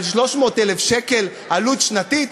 על 300,000 שקל עלות שנתית?